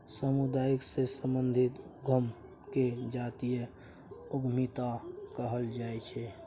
समुदाय सँ संबंधित उद्यम केँ जातीय उद्यमिता कहल जाइ छै